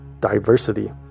diversity